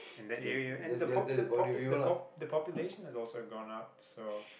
and that area and the pop the pop the pop the population has also gone up so